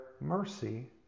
mercy